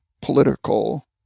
political